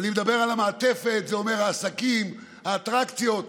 אני מדבר על המעטפת זה אומר העסקים, האטרקציות.